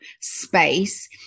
space